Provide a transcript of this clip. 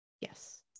Yes